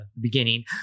beginning